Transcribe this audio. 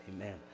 Amen